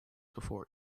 before